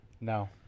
No